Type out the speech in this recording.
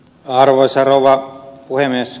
arvoisa rouva puhemies